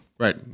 Right